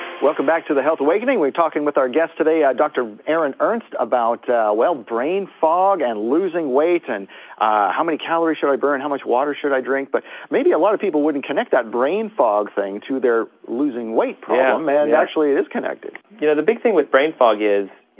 welcome back to the health awakening, we're talking with our guest today, dr. aaron ernst, about well, brain fog and losing weight, and how many calories should i burn, how much water should i drink, but maybe a lot of people wouldn't connect that brain fog thing to their losing weight problem, and actually it is connected. you know, the big thing with brain fog is, you